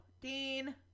Dean